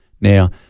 Now